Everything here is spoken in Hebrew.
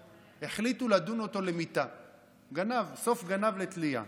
החליטו לדון אותו למיתה, גנב, סוף גנב לתלייה.